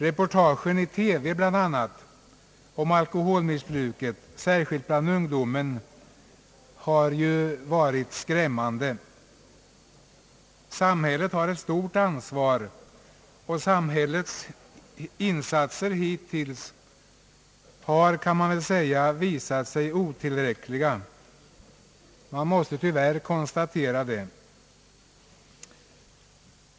Reportagen bl.a. i TV om alkoholmissbruket, särskilt bland ungdomen, har ju varit skrämmande. Samhället har ett stort ansvar, och samhällets insatser hittills har, kan man väl säga, visat sig vara otillräckliga. Man måste tyvärr konstatera det.